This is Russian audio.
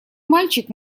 мальчик